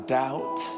doubt